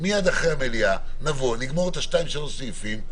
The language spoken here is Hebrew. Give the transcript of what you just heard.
מיד אחרי המליאה נגמור עוד שניים-שלושה סעיפים,